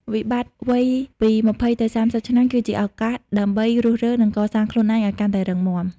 វិបត្តិវ័យពី ២០ ទៅ ៣០ ឆ្នាំ គឺជាឱកាសដើម្បីរុះរើ និងកសាងខ្លួនឯងឱ្យកាន់តែរឹងមាំ។